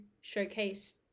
showcase